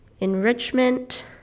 enrichment